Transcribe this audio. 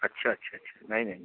अच्छा अच्छा अच्छा नहीं नहीं नहीं